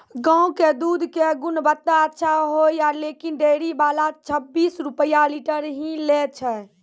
गांव के दूध के गुणवत्ता अच्छा होय या लेकिन डेयरी वाला छब्बीस रुपिया लीटर ही लेय छै?